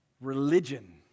religion